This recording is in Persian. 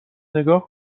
نگاه